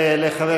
אדוני.